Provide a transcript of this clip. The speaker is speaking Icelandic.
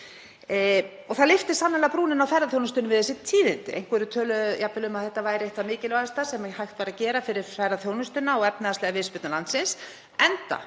Það lyftist sannarlega brúnin á ferðaþjónustunni við þessi tíðindi. Einhverjir töluðu jafnvel um að þetta væri eitt það mikilvægasta sem hægt væri að gera fyrir ferðaþjónustuna og efnahagslega viðspyrnu landsins enda